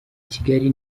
kigali